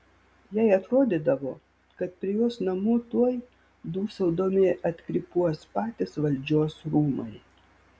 jai atrodydavo kad prie jos namų tuoj dūsaudami atkrypuos patys valdžios rūmai